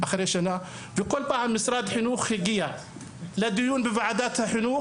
ובכל פעם משרד החינוך הגיעו לדיון בוועדת חינוך,